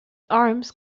arms